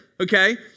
okay